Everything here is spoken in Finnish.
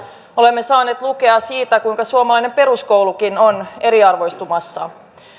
olemme saaneet lukea siitä kuinka suomalainen peruskoulukin on eriarvoistumassa